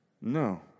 no